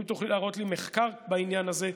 אם תוכלי להראות לי מחקר בעניין הזה.